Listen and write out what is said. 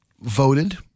voted